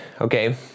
Okay